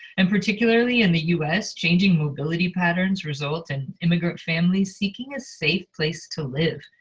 and particularly in the us, changing mobility patterns result in immigrant families seeking a safe place to live.